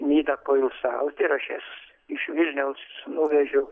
nidą poilsiauti ir aš jas iš vilniaus nuvežiau